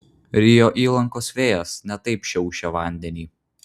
rio įlankos vėjas ne taip šiaušė vandenį